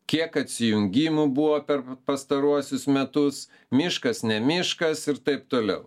kiek atsijungimų buvo per pastaruosius metus miškas ne miškas ir taip toliau